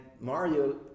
Mario